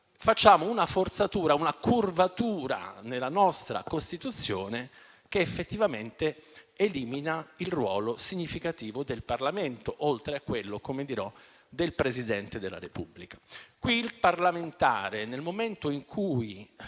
facciamo una forzatura, una curvatura nella nostra Costituzione che effettivamente elimina il ruolo significativo del Parlamento, oltre a quello, come dirò, del Presidente della Repubblica. Qui il parlamentare, nel momento in cui